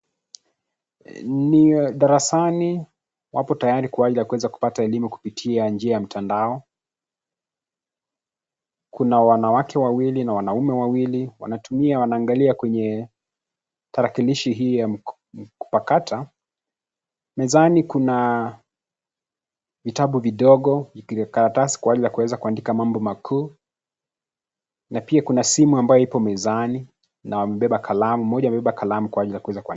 Ni darasani, wapo tayari kwa ajili ya kuweza kupata elimu kupitia njia ya mtandao, kuna wanawake wawili na wanaume wawili wanatumia wanaangalia kwenye, tarakilishi hii ya, kupakata, mezani kuna, vitabu vidogo, karatasi kwa ajili ya kuweza kuandika mambo makuu, na pia kuna simu ambayo ipo mezani, na wamebeba kalamu mmoja amebeba kalamu kwa ajili ya kuweza kuandika.